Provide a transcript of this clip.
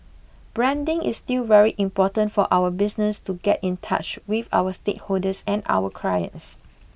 branding is still very important for our business to get in touch with our stakeholders and our clients